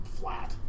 flat